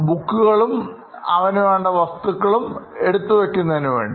ബുക്കുകളും അവനെ വേണ്ട വസ്തുക്കളും എടുത്തു വയ്ക്കുന്നതിനു വേണ്ടി